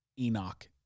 enoch